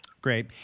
Great